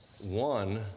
One